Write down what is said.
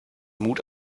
mut